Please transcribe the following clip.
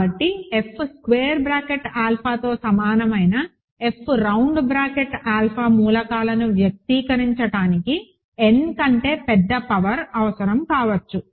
కాబట్టి F squared bracket ఆల్ఫాతో సమానమైన F రౌండ్ బ్రాకెట్ ఆల్ఫా మూలకాలను వ్యక్తీకరించడానికి n కంటే పెద్ద పవర్ అవసరం కావచ్చు